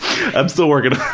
i'm still working on it,